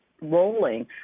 rolling